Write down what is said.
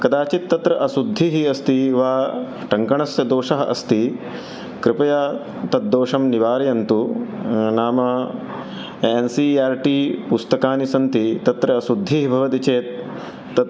कदाचित् तत्र अशुद्धिः अस्ति वा टङ्कणस्य दोषः अस्ति कृपया तद्दोषं निवारयन्तु नाम एन् सि आर् टि पुस्तकानि सन्ति तत्र शुद्धिः भवति चेत् तत्